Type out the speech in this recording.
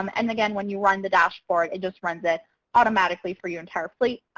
um and again, when you run the dashboard, it just runs it automatically for your entire fleet.